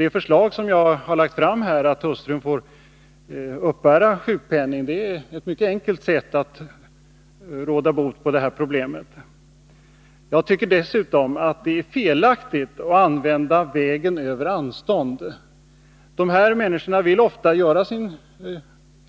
Det förslag som jag har lagt fram, att hustrun får uppbära sjukpenning, är ett mycket enkelt sätt att råda bot på detta problem. Dessutom tycker jag att det är felaktigt att använda vägen över anstånd. Dessa människor vill ofta göra sin